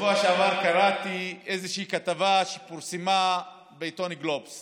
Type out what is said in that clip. קראתי כתבה שפורסמה בעיתון גלובס